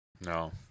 No